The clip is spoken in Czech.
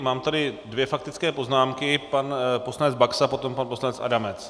Mám tady dvě faktické poznámky, pan poslanec Baxa a potom pan poslanec Adamec.